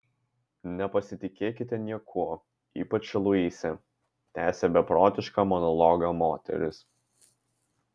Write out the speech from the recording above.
nepasitikėkite niekuo ypač luise tęsė beprotišką monologą moteris